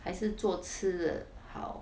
还是做吃的好